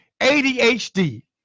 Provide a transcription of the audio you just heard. ADHD